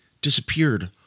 disappeared